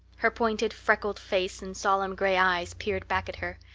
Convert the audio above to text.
her pointed freckled face and solemn gray eyes peered back at her.